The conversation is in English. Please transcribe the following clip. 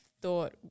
thought